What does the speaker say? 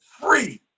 free